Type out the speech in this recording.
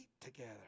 together